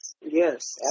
Yes